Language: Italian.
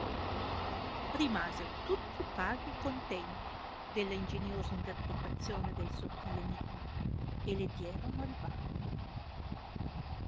rimasero tutti paghi e contenti della ingeniosa interpretazione del sottile enimma e le dierono il vanto